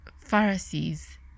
Pharisees